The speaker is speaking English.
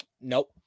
Nope